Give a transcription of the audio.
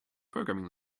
programming